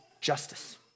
justice